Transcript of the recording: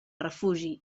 refugi